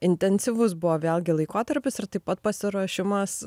intensyvus buvo vėlgi laikotarpis ir taip pat pasiruošimas